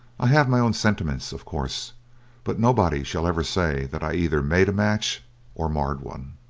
i have my own sentiments, of course but nobody shall ever say that i either made a match or marred one